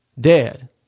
dead